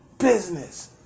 business